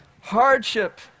hardship